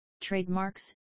trademarks